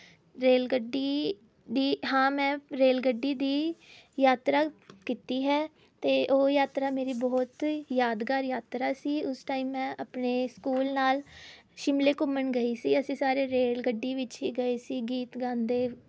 rail ਗੱਡੀ ਦੀ ਹਾਂ ਮੈਂ ਰੇਲ ਗੱਡੀ ਦੀ ਯਾਤਰਾ ਕੀਤੀ ਹੈ ਅਤੇ ਉਹ ਯਾਤਰਾ ਮੇਰੀ ਬਹੁਤ ਯਾਦਗਾਰ ਯਾਤਰਾ ਸੀ ਉਸ ਟਾਈਮ ਮੈਂ ਆਪਣੇ ਸਕੂਲ ਨਾਲ ਸ਼ਿਮਲੇ ਘੁੰਮਣ ਗਈ ਸੀ ਅਸੀਂ ਸਾਰੇ ਰੇਲ ਗੱਡੀ ਵਿੱਚ ਹੀ ਗਏ ਸੀ ਗੀਤ ਗਾਉਂਦੇ